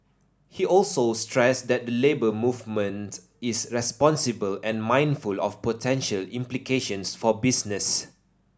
he also stressed that the Labour Movement is responsible and mindful of potential implications for business